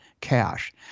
cash